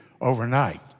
overnight